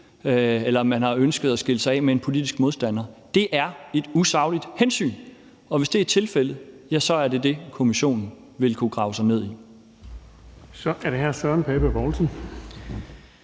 eller man har ønsket at skille sig af med en politisk modstander? Det er et usagligt hensyn, og hvis det er tilfældet, er det det, kommissionen vil kunne grave sig ned i. Kl. 17:12 Den fg. formand